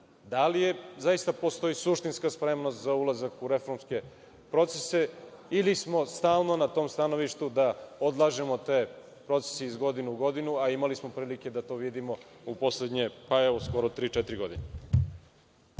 da li zaista postoji suštinska spremnost u ulazak u reformske procese ili smo stalno na tom stanovištu da odlažemo te procese iz godinu u godinu, a imali smo prilike da to vidimo u poslednje skoro tri, četiri godine?